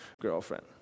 girlfriend